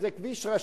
זה כביש ראשי,